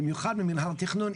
במיוחד במינהל התכנון,